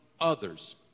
others